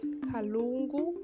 kalungu